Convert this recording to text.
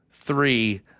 three